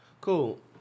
Cool